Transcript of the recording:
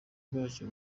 bwacyo